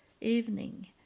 evening